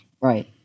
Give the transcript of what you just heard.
Right